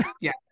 yes